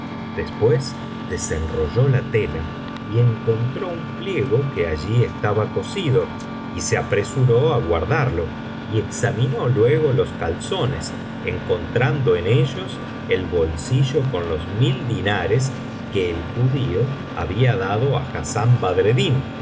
y de mossul después desenrolló la tela y encontró un pliego que allí estaba cosido y se apresuró á guardarlo y examinó luego los calzones encontrando en ellos el bolsillo con los mil dinares que el judío había dado á hassán